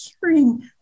hearing